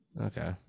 Okay